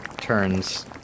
turns